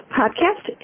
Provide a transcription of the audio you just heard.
podcast